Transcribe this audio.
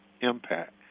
impact